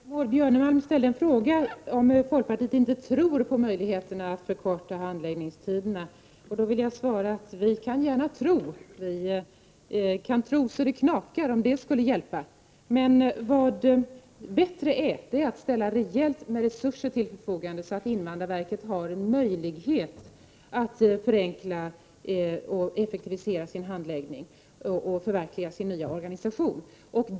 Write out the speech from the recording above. Herr talman! Maud Björnemalm ställde en fråga: Tror inte folkpartiet på möjligheterna att förkorta handläggningstiderna? Jag vill svara: Vi kan gärna tro — vi kan tro så det knakar, om det skulle hjälpa. Men bättre är att ställa rejält med resurser till förfogande, så att invandrarverket har en möjlighet att förenkla och effektivisera sin handläggning och förverkliga sin nya organisation.